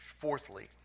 Fourthly